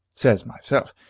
says myself,